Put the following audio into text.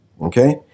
Okay